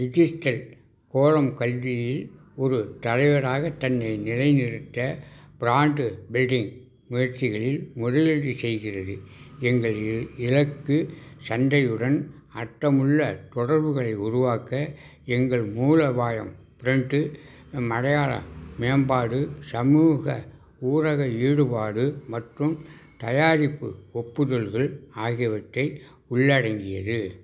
register கோளம் கல்வியில் ஒரு தலைவராக தன்னை நிலைநிறுத்த ப்ராண்டு பில்டிங் முயற்சிகளில் முதலீடு செய்கிறது எங்கள் இ இலக்கு சந்தையுடன் அர்த்தமுள்ள தொடர்புகளை உருவாக்க எங்கள் மூல அபாயம் ப்ரெண்ட்டு அடையாள மேம்பாடு சமூக ஊடக ஈடுபாடு மற்றும் தயாரிப்பு ஒப்புதல்கள் ஆகியவற்றை உள்ளடங்கியது